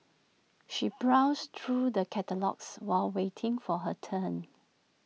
she browsed through the catalogues while waiting for her turn